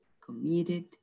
committed